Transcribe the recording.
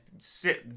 sit